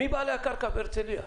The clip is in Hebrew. מי בעלי הקרקע בהרצליה?